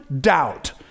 doubt